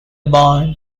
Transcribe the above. barn